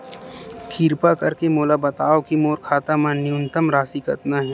किरपा करके मोला बतावव कि मोर खाता मा न्यूनतम राशि कतना हे